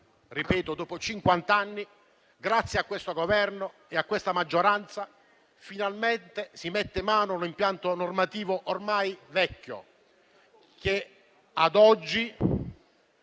anni - grazie a questo Governo e a questa maggioranza, finalmente si mette mano ad un impianto normativo ormai vecchio, che ad oggi